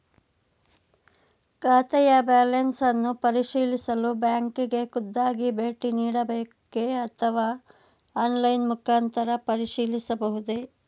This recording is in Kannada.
ಖಾತೆಯ ಬ್ಯಾಲೆನ್ಸ್ ಅನ್ನು ಪರಿಶೀಲಿಸಲು ಬ್ಯಾಂಕಿಗೆ ಖುದ್ದಾಗಿ ಭೇಟಿ ನೀಡಬೇಕೆ ಅಥವಾ ಆನ್ಲೈನ್ ಮುಖಾಂತರ ಪರಿಶೀಲಿಸಬಹುದೇ?